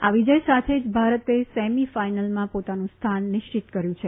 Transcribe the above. આ વિજય સાથે જ ભારતે સેમી ફાઇનલમાં પોતાનું સ્થાન નિશ્ચિત કર્યું છે